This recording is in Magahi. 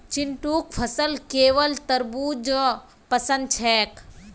चिंटूक फलत केवल तरबू ज पसंद छेक